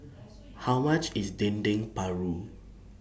How much IS Dendeng Paru